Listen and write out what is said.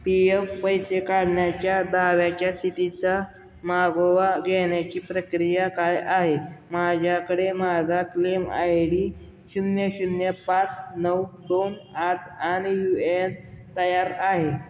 P F पैसे काढण्याच्या दाव्याच्या स्थितीचा मागोवा घेण्याची प्रक्रिया काय आहे माझ्याकडे माझा क्लेम आय डी शून्य शून्य पाच नऊ दोन आठ आणि यू ए एन तयार आहे